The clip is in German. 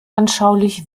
anschaulich